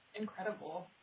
Incredible